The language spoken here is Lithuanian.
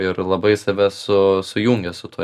ir labai save su sujungia su tuo